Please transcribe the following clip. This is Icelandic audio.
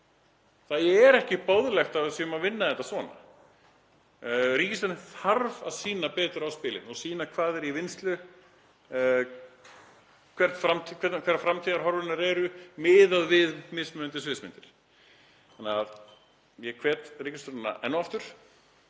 Það er ekki boðlegt að við séum að vinna þetta svona. Ríkisstjórnin þarf að sýna betur á spilin og sýna hvað er í vinnslu, hverjar framtíðarhorfurnar eru miðað við mismunandi sviðsmyndir. Þannig að ég hvet ríkisstjórnina enn og aftur